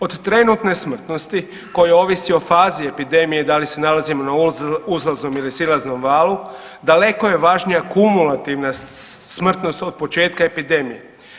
Od trenutne smrtnosti koja ovisi o fazi epidemije da li se nalazimo na uzlaznom ili silaznom valu daleko je važnija kumulativna smrtnost od početka epidemije.